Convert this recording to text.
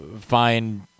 find